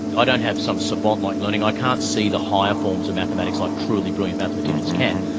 ah don't have some savant-like learning, i can't see the higher forms of mathematics like truly brilliant mathematicians can.